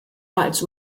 als